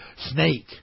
snake